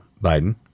Biden